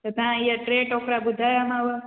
त ता ईअं टे टोकिरा ॿुधायामांव